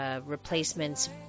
replacements